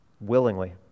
willingly